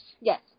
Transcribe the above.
Yes